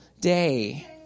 day